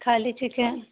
ଖାଲି ଚିକେନ୍